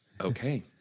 okay